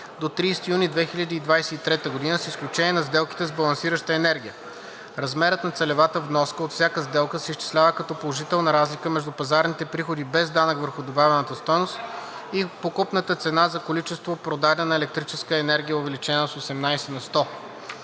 до 30 юни 2023 г., с изключение на сделките с балансираща енергия. Размерът на целевата вноска от всяка сделка се изчислява като положителна разлика между пазарните приходи без данък върху добавената стойност и покупната цена за количество продадена електрическа енергия, увеличена с 18 на сто.